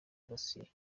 dosiye